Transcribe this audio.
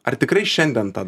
ar tikrai šiandien tą